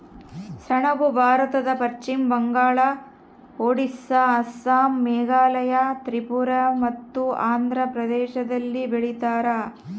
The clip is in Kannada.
ಸೆಣಬು ಭಾರತದ ಪಶ್ಚಿಮ ಬಂಗಾಳ ಒಡಿಸ್ಸಾ ಅಸ್ಸಾಂ ಮೇಘಾಲಯ ತ್ರಿಪುರ ಮತ್ತು ಆಂಧ್ರ ಪ್ರದೇಶದಲ್ಲಿ ಬೆಳೀತಾರ